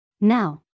Now